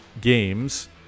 games